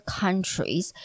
countries